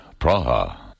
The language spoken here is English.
Praha